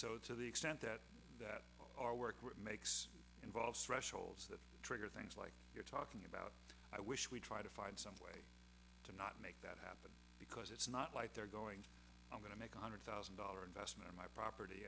it to the extent that our work what makes involves thresholds that trigger things like you're talking about i wish we'd try to find some way to not make that because it's not like they're going i'm going to make a hundred thousand dollar investment on my property